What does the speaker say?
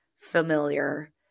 familiar